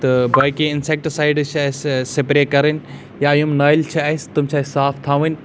تہٕ باقٕے insect sides چھِ اَسہِ سِپرٛے کَرٕنۍ یا یِم نٲلۍ چھِ اَسہِ تِم چھِ اَسہِ صاف تھَوٕنۍ